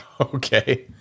Okay